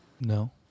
No